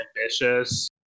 ambitious